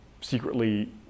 secretly